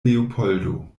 leopoldo